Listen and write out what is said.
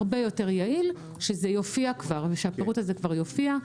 הרבה יותר יעיל שהפירוט הזה כבר יופיע.